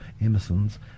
Emerson's